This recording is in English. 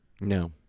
No